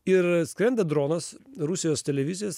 ir skrenda dronas rusijos televizijos